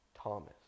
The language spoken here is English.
Thomas